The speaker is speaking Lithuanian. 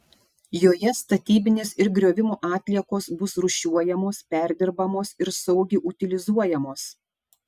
joje statybinės ir griovimo atliekos bus rūšiuojamos perdirbamos ir saugiai utilizuojamos